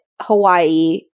hawaii